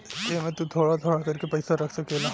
एमे तु थोड़ा थोड़ा कर के पईसा रख सकेल